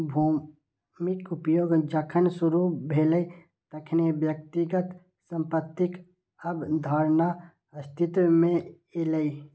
भूमिक उपयोग जखन शुरू भेलै, तखने व्यक्तिगत संपत्तिक अवधारणा अस्तित्व मे एलै